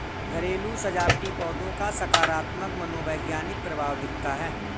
घरेलू सजावटी पौधों का सकारात्मक मनोवैज्ञानिक प्रभाव दिखता है